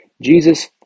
Jesus